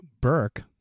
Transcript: Burke